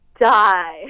die